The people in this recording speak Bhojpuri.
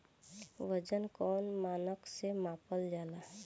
वजन कौन मानक से मापल जाला?